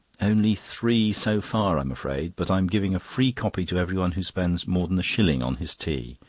only three so far, i'm afraid. but i'm giving a free copy to everyone who spends more than a shilling on his tea.